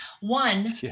one